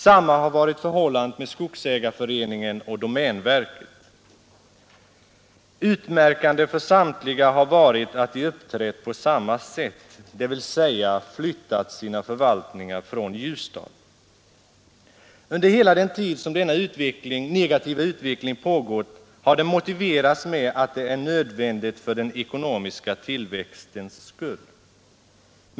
Samma har varit förhållandet med skogsägareföreningen och domänverket. Utmärkande för samtliga har varit att de uppträtt på samma sätt, dvs. de har flyttat sina förvaltningar från Ljusdal. Under hela den tid som denna negativa utveckling pågått har den motiverats med att den är nödvändig för den ekonomiska tillväxten.